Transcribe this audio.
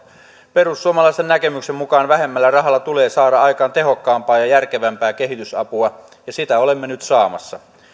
perussuomalaisten näkemyksen mukaan vähemmällä rahalla tulee saada aikaan tehokkaampaa ja järkevämpää kehitysapua ja sitä olemme nyt saamassa